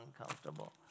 uncomfortable